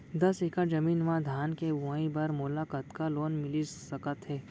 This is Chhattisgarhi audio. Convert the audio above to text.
दस एकड़ जमीन मा धान के बुआई बर मोला कतका लोन मिलिस सकत हे?